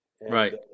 Right